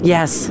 Yes